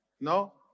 No